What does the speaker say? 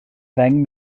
ddeng